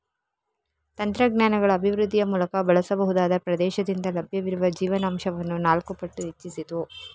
ತಂತ್ರಜ್ಞಾನಗಳ ಅಭಿವೃದ್ಧಿಯ ಮೂಲಕ ಬಳಸಬಹುದಾದ ಪ್ರದೇಶದಿಂದ ಲಭ್ಯವಿರುವ ಜೀವನಾಂಶವನ್ನು ನಾಲ್ಕು ಪಟ್ಟು ಹೆಚ್ಚಿಸಿತು